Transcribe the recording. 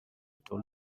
told